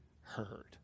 heard